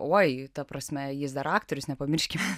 oi ta prasme jis dar aktorius nepamirškime